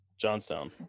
Johnstown